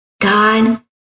God